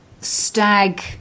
stag